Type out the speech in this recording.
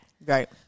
Right